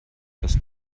das